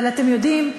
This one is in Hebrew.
אבל אתם יודעים,